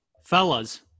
Fellas